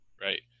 Right